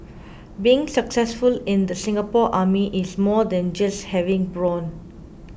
being successful in the Singapore Army is more than just having brawn